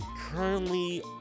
Currently